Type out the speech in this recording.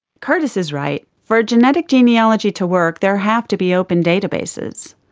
curtis is right. for a genetic genealogy to work there have to be open databases.